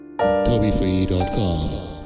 TobyFree.com